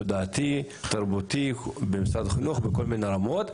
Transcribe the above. תודעתי ותרבותי במשרד החינוך ובכל מיני רמות.